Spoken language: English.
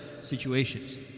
situations